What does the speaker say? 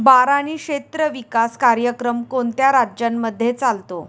बारानी क्षेत्र विकास कार्यक्रम कोणत्या राज्यांमध्ये चालतो?